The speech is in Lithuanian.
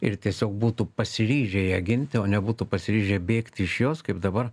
ir tiesiog būtų pasiryžę ją ginti o nebūtų pasiryžę bėgti iš jos kaip dabar